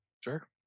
Sure